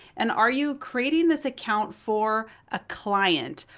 and are you creating this account for a client?